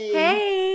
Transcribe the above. hey